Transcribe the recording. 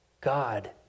God